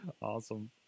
Awesome